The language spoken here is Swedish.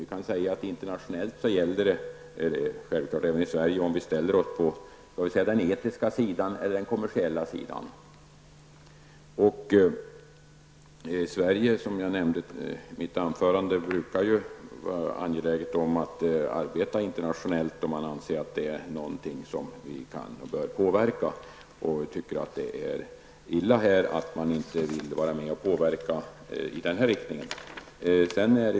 Man kan säga att det internationellt, och självklart även i Sverige, gäller om man ställer sig på den etiska sidan eller på den kommersiella sidan. Vi i Sverige brukar ju, som jag nämnde i mitt anförande, vara angelägna om att arbeta internationellt om vi anser att det är något som vi kan och bör påverka. Jag tycker därför att det är illa att man inte vill vara med och påverka i den här riktningen.